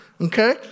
Okay